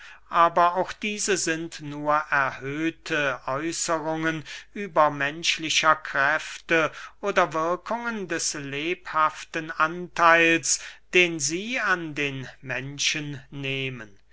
aber auch diese sind nur erhöhte äußerungen übermenschlicher kräfte oder wirkungen des lebhaften antheils den sie an den menschen nehmen